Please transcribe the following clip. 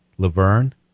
Laverne